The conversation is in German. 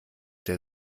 der